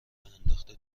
انداخته